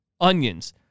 Onions